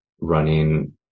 running